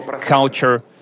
culture